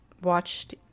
watched